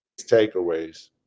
takeaways